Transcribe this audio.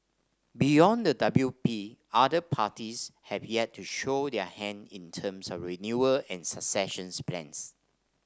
beyond the W P other parties have yet to show their hand in terms of renewal and successions plans